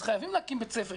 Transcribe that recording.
אז חייבים להקים בית ספר.